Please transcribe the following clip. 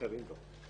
לאחרים לא.